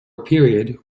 period